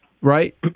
right